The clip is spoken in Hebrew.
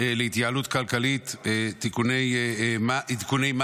מרשם האוכלוסין (תיקון מס'